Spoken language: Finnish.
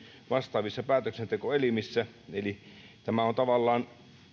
vastaavissa päätöksentekoelimissä eli tavallaan